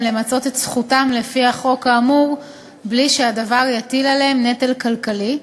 למצות את זכותם לפי החוק האמור בלי שהדבר יטיל עליהם נטל כלכלי,